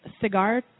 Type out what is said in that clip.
cigar